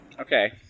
Okay